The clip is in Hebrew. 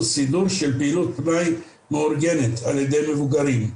סידור של פעילות פנאי מאורגנת על ידי מבוגרים,